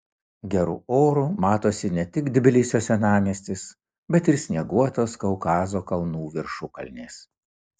geru oru matosi ne tik tbilisio senamiestis bet ir snieguotos kaukazo kalnų viršukalnės